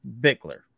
Bickler